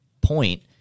point